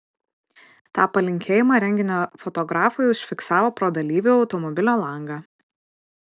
tą palinkėjimą renginio fotografai užfiksavo pro dalyvių automobilio langą